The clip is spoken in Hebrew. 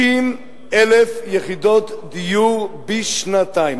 60,000 יחידות דיור בשנתיים.